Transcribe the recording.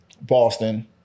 Boston